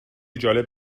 جالب